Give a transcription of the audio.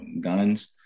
guns